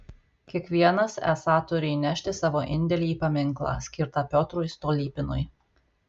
kiekvienas esą turi įnešti savo indėlį į paminklą skirtą piotrui stolypinui